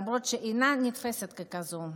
למרות שהיא אינה נתפסת ככזאת.